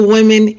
Women